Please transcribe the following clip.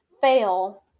fail